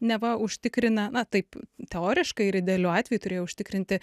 neva užtikrina na taip teoriškai ir idealiu atveju turėjo užtikrinti